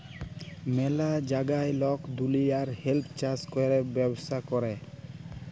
ম্যালা জাগায় লক দুলিয়ার হেম্প চাষ ক্যরে ব্যবচ্ছা ক্যরে